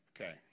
Okay